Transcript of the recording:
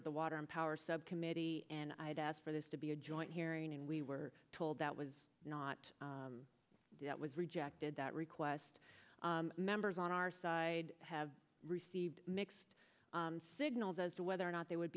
of the water and power subcommittee and i had asked for this to be a joint hearing and we were told that was not was rejected that request members on our side have received mixed signals as to whether or not they would